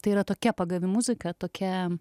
tai yra tokia pagavi muzika tokia